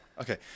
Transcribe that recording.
Okay